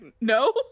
no